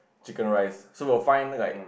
chicken rice so we'll find like